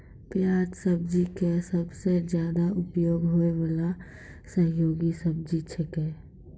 प्याज सब्जी के सबसॅ ज्यादा उपयोग होय वाला सहयोगी सब्जी छेकै